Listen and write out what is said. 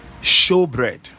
showbread